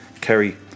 Kerry